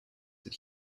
that